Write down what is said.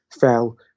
fell